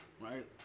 right